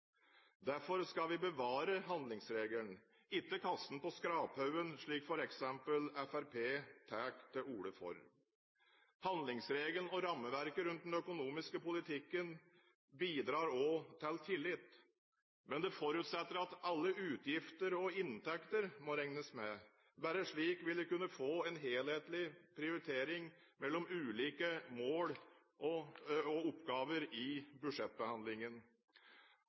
Derfor skal vi bevare handlingsregelen, ikke kaste den på skraphaugen, slik f.eks. Fremskrittspartiet tar til orde for. Handlingsregelen og rammeverket for den økonomiske politikken bidrar også til tillit, men det forutsetter at alle utgifter og inntekter må regnes med. Bare slik vil vi kunne få en helthetlig prioritering mellom ulike mål og oppgaver i budsjettbehandlingen.